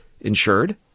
insured